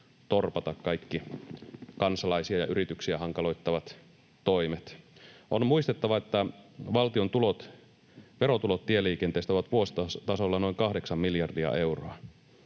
torpata kaikki kansalaisia ja yrityksiä hankaloittavat toimet. On muistettava, että valtion verotulot tieliikenteestä ovat vuositasolla noin 8 miljardia euroa.